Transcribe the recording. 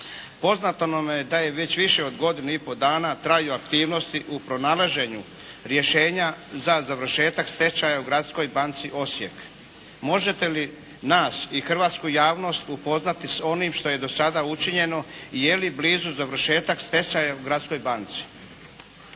Poznato nam je da je već više od godinu i pol dana traju aktivnosti u pronalaženju rješenja za završetak tečaja u Gradskoj banci Osijek. Možete li nas i hrvatsku javnost upoznati s onim što je do sada učinjeno i je li blizu završetak stečaja u gradskoj banci?